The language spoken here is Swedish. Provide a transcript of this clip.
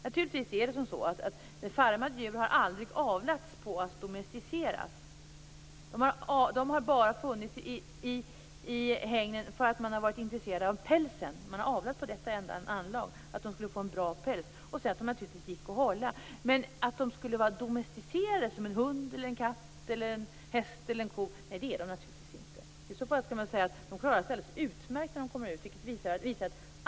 Naturligtvis har ett farmat djur aldrig avlats i avsikt att domesticeras. De har funnits i hägnen bara för att man har varit intresserad av pälsen. De har avlats fram enbart för att de skulle få en bra päls och för att de gick att hålla. Men de är alltså inte domesticerade som en hund, katt, häst eller ko. I så fall skulle man kunna säga att de klarar sig alldeles utmärkt när de kommer ut.